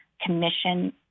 Commission